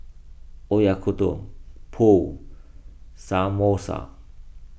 Oyakodon Pho Samosa